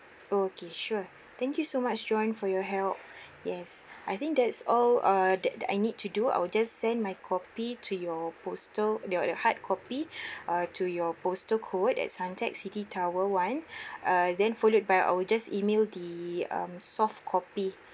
oh okay sure thank you so much john for your help yes I think that is all uh that that I need to do I will just send my copy to your postal your your hard copy uh to your postal code at suntec city tower one err then followed by I will just email the um soft copy